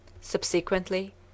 Subsequently